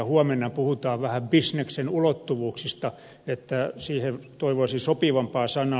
huomenna puhutaan vähän bisneksen ulottuvuuksista ja siihen toivoisi sopivampaa sanaa